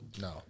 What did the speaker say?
No